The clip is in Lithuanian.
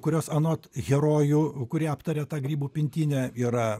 kurios anot herojų kurie aptaria tą grybų pintinę yra